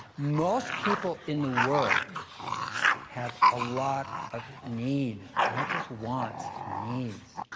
most people in the world have a lot of need. not just wants, needs.